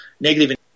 negative